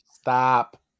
Stop